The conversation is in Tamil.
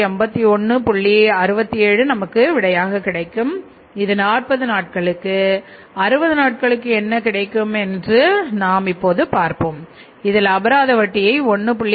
67 நமக்கு விடையாகக் கிடைக்கும் இது 40 நாட்களுக்கு 60 நாட்களுக்கு என்ன கிடைக்கும் என்று நாம் இப்போது பார்ப்போம் இதில் அபராத வட்டியை 1